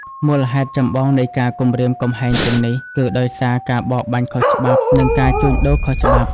មូលហេតុចម្បងនៃការគំរាមកំហែងទាំងនេះគឺ ដោយសារការបរបាញ់ខុសច្បាប់ និង ការជួញដូរខុសច្បាប់។